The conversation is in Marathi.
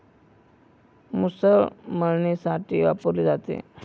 मुसळ मळणीसाठी वापरली जाते